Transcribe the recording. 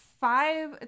five